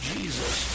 Jesus